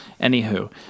Anywho